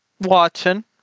watching